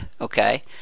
okay